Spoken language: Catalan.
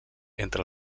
entre